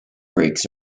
brakes